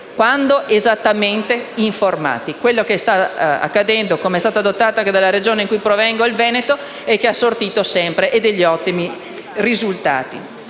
quando esattamente informati. È quello che sta accadendo con il sistema adottato nella Regione da cui provengo, il Veneto, che ha sortito sempre ottimi risultati.